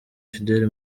fidele